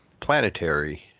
planetary